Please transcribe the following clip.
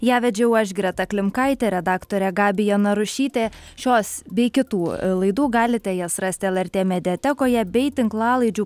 ją vedžiau aš greta klimkaitė redaktorė gabija narušytė šios bei kitų laidų galite jas rasti lrt mediatekoje bei tinklalaidžių